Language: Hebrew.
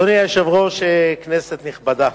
אדוני היושב-ראש, כנסת נכבדה,